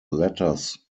letters